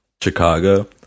chicago